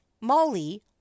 Molly